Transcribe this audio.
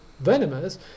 venomous